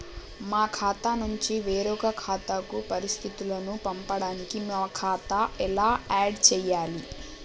మా ఖాతా నుంచి వేరొక ఖాతాకు పరిస్థితులను పంపడానికి మా ఖాతా ఎలా ఆడ్ చేయాలి?